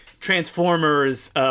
Transformers